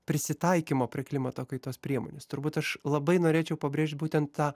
prisitaikymo prie klimato kaitos priemones turbūt aš labai norėčiau pabrėžt būtent tą